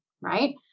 right